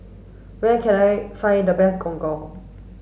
where can I find the best Gong Gong